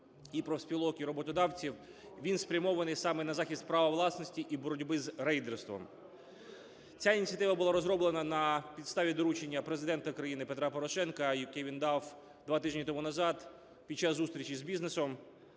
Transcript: і профспілок, і роботодавців. Він спрямований саме на захист права власності і боротьби з рейдерством. Ця ініціатива була розроблена на підставі доручення Президента країни Петра Порошенка, яке він дав два тижні тому назад під час зустрічі з бізнесом.